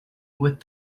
with